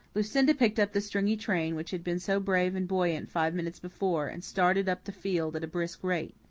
lucinda picked up the stringy train, which had been so brave and buoyant five minutes before, and started up the field at a brisk rate.